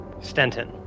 Stenton